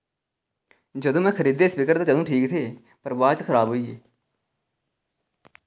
जदूं मैं खरीदे स्पीकर ते जदूं ठीक थे पर बाद च खराब होई गे